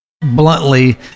Bluntly